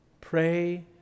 Pray